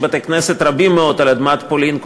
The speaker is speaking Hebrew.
יש בתי-כנסת רבים מאוד על אדמת פולין,